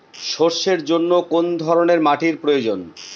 সরষের জন্য কোন ধরনের মাটির প্রয়োজন?